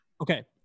Okay